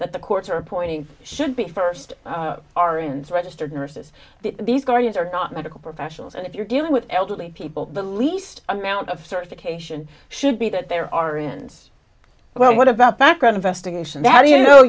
that the courts are appointing should be first aryans registered nurses these guardians are not medical professionals and if you're dealing with elderly people the least amount of certification should be that there are ins well what about background investigation that you know